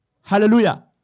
Hallelujah